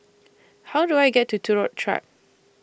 How Do I get to Turut Track